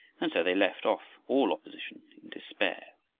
and so they left off all opposition despair.